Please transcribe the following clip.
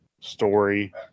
story